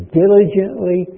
diligently